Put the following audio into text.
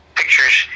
pictures